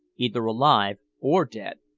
either alive or dead.